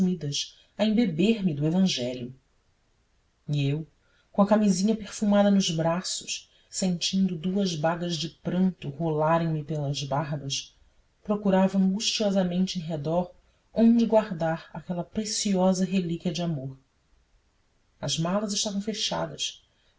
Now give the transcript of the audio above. consumidas a embeber me do evangelho e eu com a camisinha perfumada nos braços sentindo duas bagas de pranto rolarem me pelas barbas procurava angustiosamente em redor onde guardar aquela preciosa relíquia de amor as malas estavam fechadas